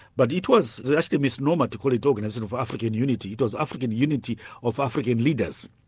but it was actually a misnomer to call it organisation of african unity because african unity of african leaders,